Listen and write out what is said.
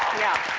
yeah.